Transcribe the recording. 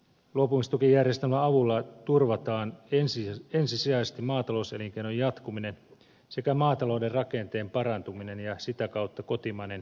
luopumistukijärjestelmän avulla turvataan ensisijaisesti maatalouselinkeinon jatkuminen sekä maatalouden rakenteen parantuminen ja sitä kautta kotimainen elintarviketuotanto